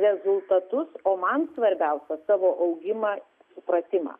rezultatus o man svarbiausia savo augimą supratimą